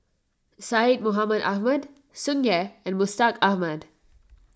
Syed Mohamed Ahmed Tsung Yeh and Mustaq Ahmad